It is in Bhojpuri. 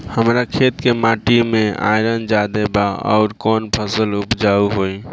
हमरा खेत के माटी मे आयरन जादे बा आउर कौन फसल उपजाऊ होइ?